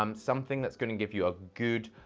um something that's going to give you a good,